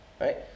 right